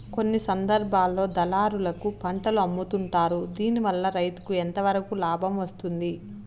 కొన్ని సందర్భాల్లో దళారులకు పంటలు అమ్ముతుంటారు దీనివల్ల రైతుకు ఎంతవరకు లాభం వస్తుంది?